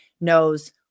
knows